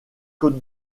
côte